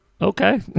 Okay